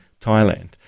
Thailand